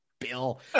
Bill